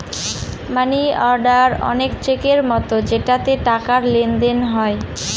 মানি order অনেক চেকের মতো যেটাতে টাকার লেনদেন হয়